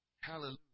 Hallelujah